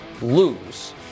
lose